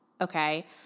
Okay